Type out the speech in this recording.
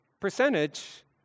percentage